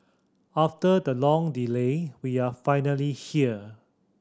after the long delay we are finally here